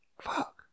Fuck